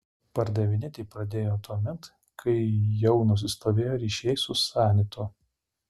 pardavinėti pradėjo tuomet kai jau nusistovėjo ryšiai su sanitu